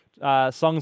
Songs